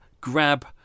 grab